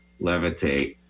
Levitate